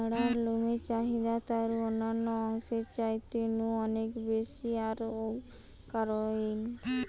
ম্যাড়ার লমের চাহিদা তারুর অন্যান্য অংশের চাইতে নু অনেক বেশি আর ঔ কারণেই